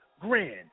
grand